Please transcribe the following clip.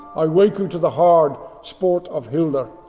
i wake you to the hard sport of hilda.